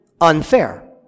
Unfair